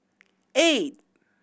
eight